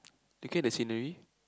looking at the scenery